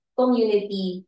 community